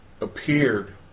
Appeared